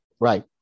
Right